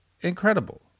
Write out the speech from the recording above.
incredible